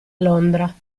londra